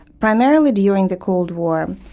primarily during the cold war